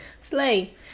Slay